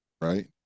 right